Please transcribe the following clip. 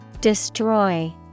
Destroy